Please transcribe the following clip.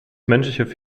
menschliche